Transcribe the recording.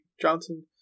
Johnson